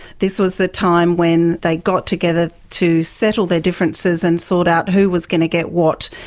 this was the time when they got together to settle their differences and sort out who was going to get what.